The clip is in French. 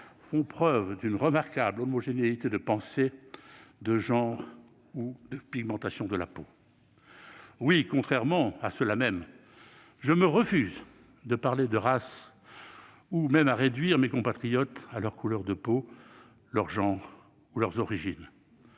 font preuve d'une remarquable homogénéité de pensée, de genre ou de pigmentation de la peau. Contrairement à ces derniers, je me refuse à parler de race ou même à réduire mes compatriotes à leur couleur de peau, leur genre ou leurs origines.